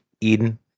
Eden